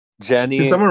jenny